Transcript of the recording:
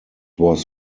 was